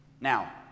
Now